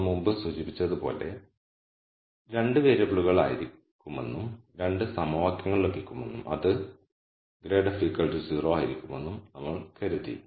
നമ്മൾ മുമ്പ് സൂചിപ്പിച്ചതുപോലെ 2 വേരിയബിളുകൾ ആയിരിക്കുമെന്നും 2 സമവാക്യങ്ങൾ ലഭിക്കുമെന്നും അത് ∇f 0 ആയിരിക്കുമെന്നും നമ്മൾ കരുതി